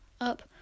up